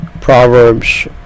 Proverbs